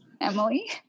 Emily